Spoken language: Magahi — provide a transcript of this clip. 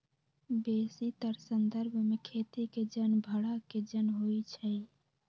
बेशीतर संदर्भ में खेती के जन भड़ा के जन होइ छइ